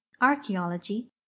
archaeology